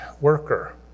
worker